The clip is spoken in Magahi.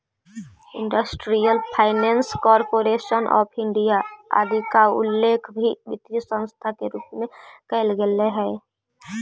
industrial finance corporation of India आदि के उल्लेख भी वित्तीय संस्था के रूप में कैल गेले हइ